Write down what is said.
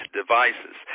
devices